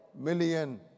million